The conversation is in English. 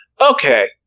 Okay